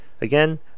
Again